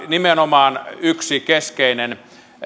nimenomaan yksi keskeinen